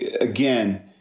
Again